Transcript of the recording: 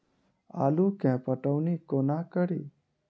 आलु केँ पटौनी कोना कड़ी?